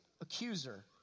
accuser